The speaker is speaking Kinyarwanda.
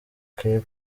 cape